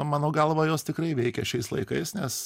mano galva jos tikrai veikia šiais laikais nes